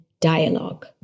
dialogue